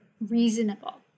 reasonable